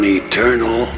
eternal